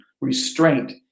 restraint